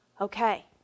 Okay